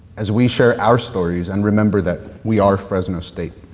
as we share our stories, and remember that we are fresno state.